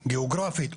גיאוגרפית,